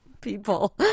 people